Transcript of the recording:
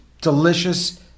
delicious